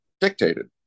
dictated